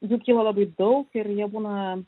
jų kyla labai daug ir jie būna